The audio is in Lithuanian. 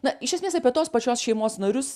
na iš esmės apie tos pačios šeimos narius